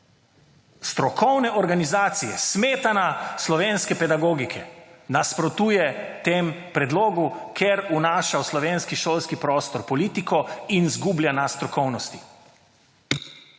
Strokovne organizacije, smetana slovenske pedagogike nasprotuje temu predlogu, ker vnaša v slovenski šolski prostor politiko in izgublja na strokovnosti.